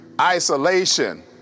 isolation